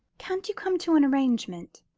can't you come to an arrangement?